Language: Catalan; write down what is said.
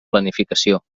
planificació